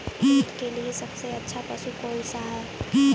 दूध के लिए सबसे अच्छा पशु कौनसा है?